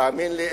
תאמין לי,